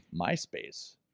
MySpace